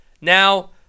Now